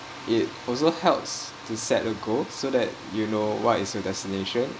it also helps to set a goal so that you know what is your destination